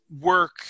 work